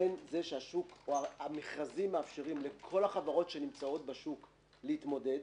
בין זה שהמכרזים מאפשרים לכל החברות שנמצאות בשוק להתמודד